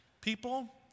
people